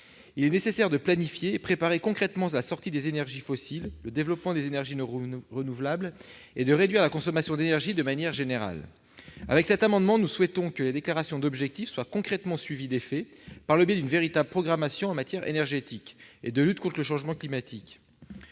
Il est nécessaire de planifier et de préparer concrètement la sortie des énergies fossiles et le développement des énergies renouvelables, et de réduire la consommation d'énergie de manière générale. Avec cet amendement, nous souhaitons faire en sorte que les déclarations d'objectifs soient concrètement suivies d'effet, par le biais d'une véritable programmation en matière énergétique et de lutte contre le changement climatique.